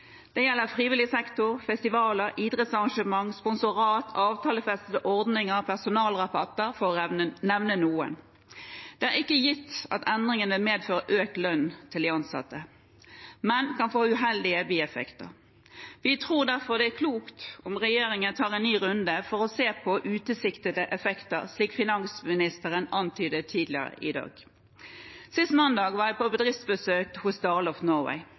Det gjelder frivillig sektor, festivaler, idrettsarrangementer, sponsorat, avtalefestede ordninger, personalrabatter – for å nevne noen. Det er ikke gitt at endringen vil medføre økt lønn til de ansatte, men den kan få uheldige bieffekter. Vi tror derfor det er klokt om regjeringen tar en ny runde for å se på utilsiktede effekter, slik finansministeren antydet tidligere i dag. Sist mandag var jeg på bedriftsbesøk hos Dale of Norway.